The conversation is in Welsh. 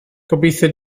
gobeithio